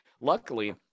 luckily